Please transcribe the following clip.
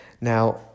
Now